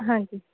ਹਾਂਜੀ